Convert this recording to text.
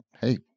hey